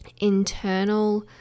internal